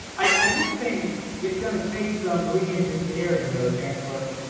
i do think it's gonna take some re-engineering though, chancellor,